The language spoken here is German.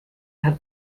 hat